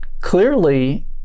clearly